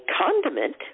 condiment